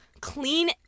clean